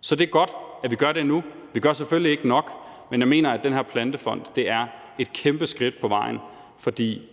Så det er godt, at vi gør det nu. Vi gør selvfølgelig ikke nok, men jeg mener, at den her plantefond er et kæmpe skridt på vejen, for